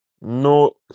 No